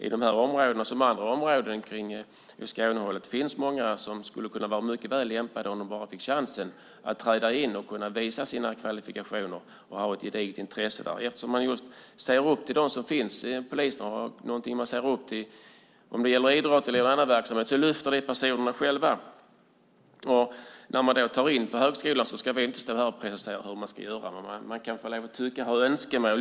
I de här områdena liksom i andra områden åt Skånehållet är jag övertygad om att det finns många som skulle kunna vara mycket väl lämpade om de bara fick chansen att träda in och kunna visa sina kvalifikationer och som har ett gediget intresse. Poliser är några som man ser upp till. Om det gäller idrott eller någon annan verksamhet så lyfter det personerna själva. Vi ska inte stå här och precisera hur man ska ta in elever på högskolan, men vi kan få ha önskemål.